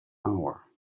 hour